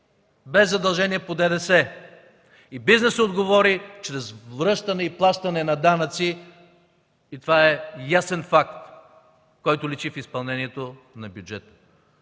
без задължения по ДДС и бизнесът отговори чрез връщане и плащане на данъци и това е ясен факт, който личи в изпълнението на бюджета.